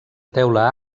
teula